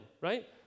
right